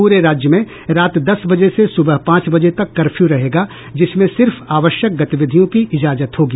पूरे राज्य में रात दस बजे से सुबह पांच बजे तक कर्फ्यू रहेगा जिसमें सिर्फ आवश्यक गतिविधियों की इजाजत होगी